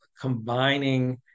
combining